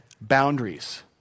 boundaries